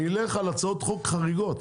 אני אלך על הצעות חוק חריגות,